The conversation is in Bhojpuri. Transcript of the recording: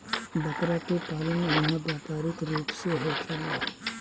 बकरा के पालन इहवा व्यापारिक रूप से होखेला